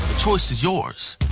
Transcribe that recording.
choice is yours.